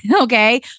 okay